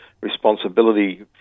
responsibility